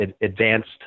advanced